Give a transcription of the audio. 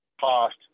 cost